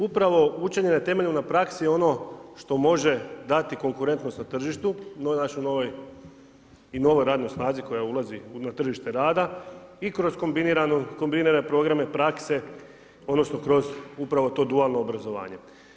Upravo učenje na temelju, na praksi ono što može dati konkurentnost na tržištu i našoj novoj radnoj snazi koja ulazi na tržište rada i kroz kombinirane programe prakse, odnosno kroz upravo to dualno obrazovanje.